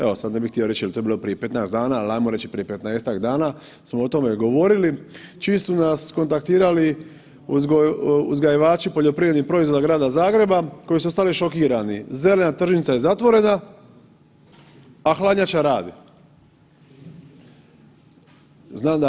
Evo, sad ne bi htio reć jel to bilo prije 15 dana, al ajmo reći prije 15-tak dana smo o tome govorili, čim su nas kontaktirali uzgajivači poljoprivrednih proizvoda Grada Zagreba, koji su ostali šokirani, zelena tržnica je zatvorena, a hladnjača radi.